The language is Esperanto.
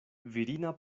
virina